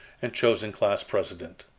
and chosen class president.